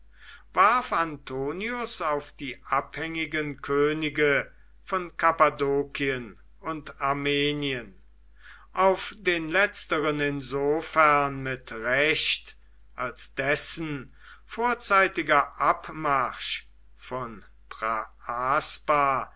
antonius auf die abhängigen könige von kappadokien und armenien auf den letzteren insofern mit recht als dessen vorzeitiger abmarsch von